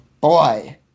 Boy